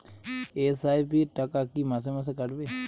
SIP র টাকা কী মাসে মাসে কাটবে?